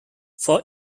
for